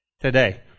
Today